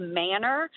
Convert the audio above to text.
manner